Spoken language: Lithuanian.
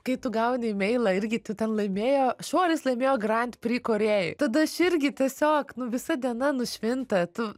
kai tu gauni imeilą irgi tu ten laimėjo šuolis laimėjo grand pri korėjoj tada aš irgi tiesiog nu visa diena nušvinta tu